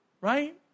right